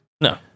No